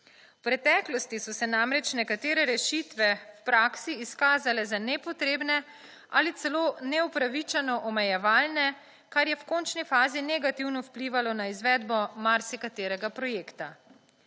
V preteklosti so se namreč nekatere rešitve v praksi izkazale za nepotrebne ali celo neupravičeno omejevalne, kar je v končni fazi negativno vplivalo na izvedbo marsikaterega projekta.